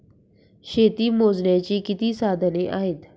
शेती मोजण्याची किती साधने आहेत?